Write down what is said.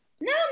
No